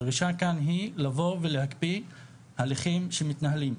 הדרישה כאן היא לבוא ולהקפיא הליכים שמתנהלים.